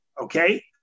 Okay